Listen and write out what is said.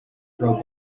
throw